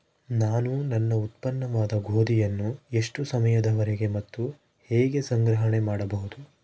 ನಾನು ನನ್ನ ಉತ್ಪನ್ನವಾದ ಗೋಧಿಯನ್ನು ಎಷ್ಟು ಸಮಯದವರೆಗೆ ಮತ್ತು ಹೇಗೆ ಸಂಗ್ರಹಣೆ ಮಾಡಬಹುದು?